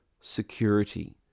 security